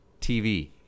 TV